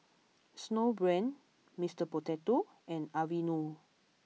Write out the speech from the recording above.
Snowbrand Mister Potato and Aveeno